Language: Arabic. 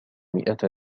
مئة